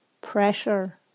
pressure